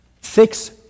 Six